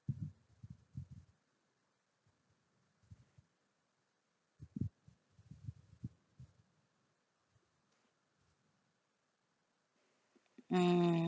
mm